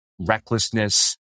recklessness